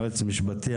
יועץ משפטי,